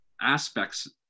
aspects